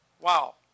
Wow